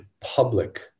public